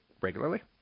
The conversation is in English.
regularly